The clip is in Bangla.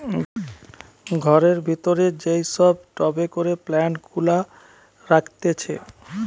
ঘরের ভিতরে যেই সব টবে করে প্লান্ট গুলা রাখতিছে